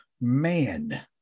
Man